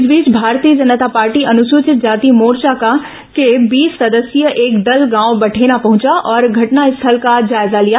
इस बीच भारतीय जनता पार्टी अनुसूचित जाति मोर्चा का बीस सदस्यीय एक दल गांव बठेना पहुंचा और घटनास्थल का जायजा लिया